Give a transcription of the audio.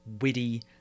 witty